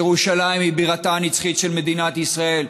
ירושלים היא בירתה הנצחית של מדינת ישראל,